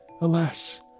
Alas